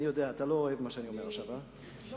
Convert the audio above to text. אני יודע, אתה לא אוהב מה שאני אומר עכשיו, אה?